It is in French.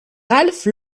ralph